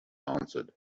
answered